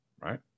right